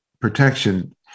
protection